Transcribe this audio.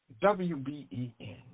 W-B-E-N